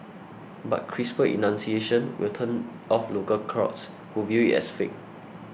but crisper enunciation will turn off local crowds who view it as fake